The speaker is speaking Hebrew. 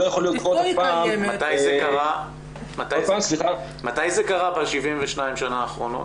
מתי זה קרה ב-72 שנה האחרונות?